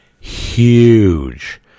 Huge